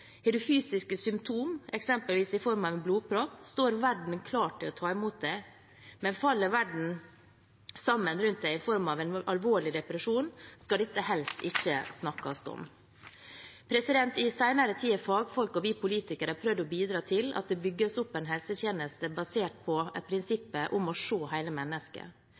symptom, eksempelvis i form av en blodpropp, står verden klar til å ta imot en, men faller verden rundt en sammen i form av en alvorlig depresjon, skal dette helst ikke snakkes om. I senere tid har fagfolk og vi politikere prøvd å bidra til at det bygges opp en helsetjeneste basert på prinsippet om å se hele mennesket.